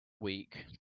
weak